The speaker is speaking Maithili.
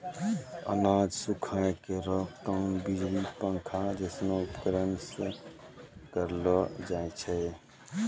अनाज सुखाय केरो काम बिजली पंखा जैसनो उपकरण सें करलो जाय छै?